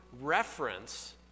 reference